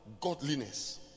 godliness